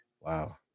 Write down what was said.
Wow